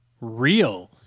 real